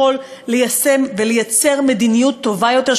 יכול ליישם ולייצר מדיניות טובה יותר,